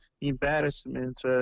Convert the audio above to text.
embarrassment